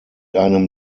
einem